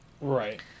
Right